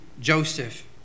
Joseph